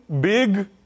big